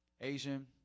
Asian